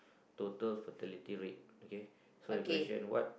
total fatality rate okay so the question what